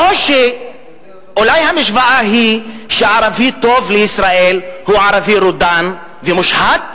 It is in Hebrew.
או אולי המשוואה היא שערבי טוב לישראל הוא ערבי רודן ומושחת?